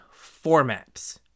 formats